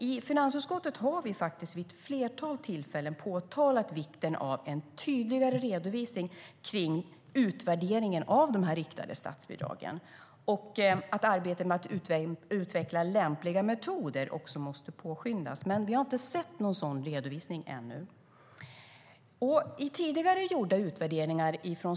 I finansutskottet har vi vid ett flertal tillfällen påtalat vikten av en tydligare redovisning av utvärderingen av de riktade statsbidragen och att arbetet med att utveckla lämpliga metoder måste påskyndas. Men vi har inte sett någon sådan redovisning ännu.